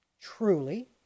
truly